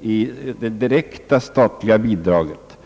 i det direkta statliga bidraget.